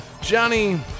Johnny